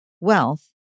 wealth